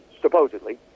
supposedly